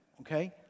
okay